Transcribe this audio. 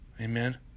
Amen